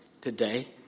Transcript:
Today